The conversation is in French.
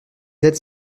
aides